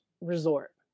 resort